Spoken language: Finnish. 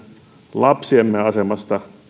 lapsiemme asemasta